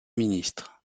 ministre